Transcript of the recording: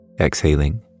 Exhaling